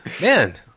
Man